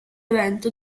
evento